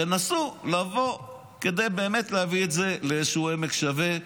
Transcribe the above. תנסו לבוא כדי באמת להביא את זה לאיזשהו עמק שווה,